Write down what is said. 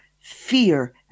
fear